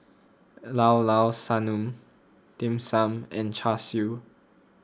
Llao Llao Sanum Dim Sum and Char Siu